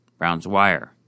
BrownsWire